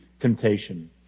temptation